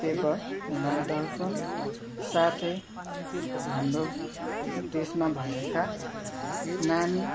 paper Himalaya Darpan साथै हाम्रो देशमा भएका नामी